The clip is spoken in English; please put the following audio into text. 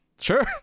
sure